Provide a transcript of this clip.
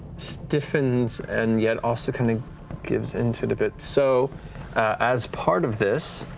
stiffens, and yet also kind of gives into the bit. so as part of this.